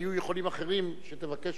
היו יכולים אחרים, שתבקש